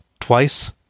twice